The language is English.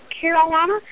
Carolina